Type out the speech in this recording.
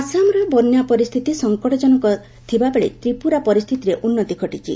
ଆସାମର ବନ୍ୟା ପରିସ୍ଥିତି ସଙ୍କଟଜନକ ଥିବାବେଳେ ତ୍ୱିପୁରାରେ ପରିସ୍ତିତରେ ଉନ୍ତି ଘଟିଛି